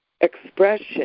expression